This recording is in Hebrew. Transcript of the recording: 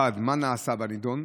1. מה נעשה בנדון?